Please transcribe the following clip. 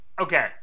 okay